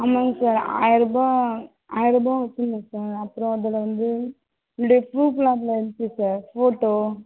ஆமாம்ங்க சார் ஆயிரரூபா ஆயிரரூபா வச்சியிருந்தேன் சார் அப்புறோம் அதில் வந்து என்னுடைய ப்ரூப்லாம் அதில் இருந்துச்சு சார் ஃபோட்டோ